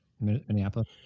Minneapolis